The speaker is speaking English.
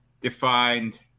defined